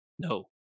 No